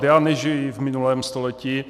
Já nežiji v minulém století.